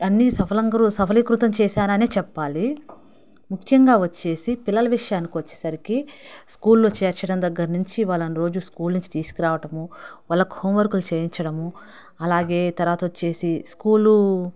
అన్ని సఫలం సఫలీకృతం చేసాననే చెప్పాలి ముఖ్యంగా వచ్చేసి పిల్లల విషయానికొచ్చేసరికి స్కూల్లో చేర్చడం దగ్గర నుంచి వాళ్ళని రోజు స్కూల్ నుంచి తీసుకురావడము వాళ్ళకు హోం వర్క్లు చేయించడము అలాగే తరువాత వచ్చేసి స్కూలు